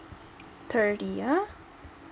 thirty yeah